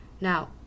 Now